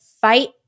fight